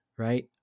right